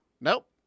Nope